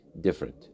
different